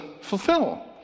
fulfill